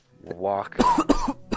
walk